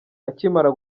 ikimara